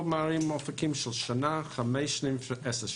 פה מראים אופקים של שנה, חמש שנים ועשר שנים.